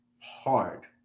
hard